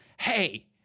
Hey